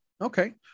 okay